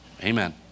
Amen